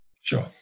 sure